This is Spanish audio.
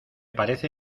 parece